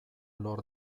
lor